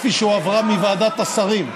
כפי שהועברה מוועדת השרים.